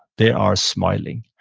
they are smiling.